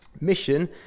mission